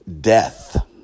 Death